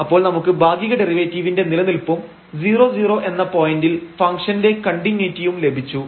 അപ്പോൾ നമുക്ക് ഭാഗിക ഡെറിവേറ്റീവിന്റെ നിലനിൽപ്പും 00 എന്ന പോയിന്റിൽ ഫംഗ്ഷൻറെ കണ്ടിന്യൂയിറ്റിയും ലഭിച്ചു